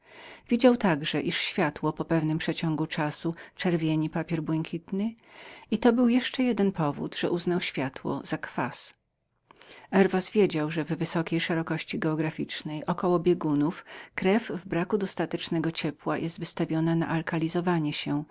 widział że światło po pewnym przeciągu czasu czerwieniło papier błękitny i to był jeszcze jeden powód dla jakiego rzeczony kwas w niem odkrywał herwas wiedział że w wysokiej szerokości geograficznej około biegunów krew w braku dostatecznego ciepła była wystawioną na zalkalizowanie się